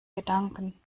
gedanken